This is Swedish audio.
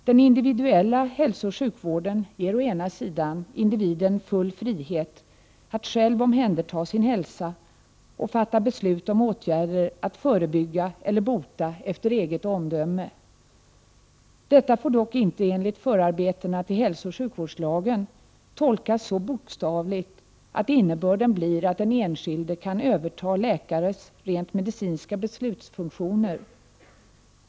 Den individuella hälsooch sjukvården ger individen full frihet att själv omhänderta sin hälsa och fatta beslut om åtgärder att förebygga eller bota efter eget omdöme. Detta får dock inte enligt förarbetena till hälsooch sjukvårdslagen tolkas så bokstavligt att innebörden blir att den enskilde kan överta läkares rent medicinska beslutsfunktioner.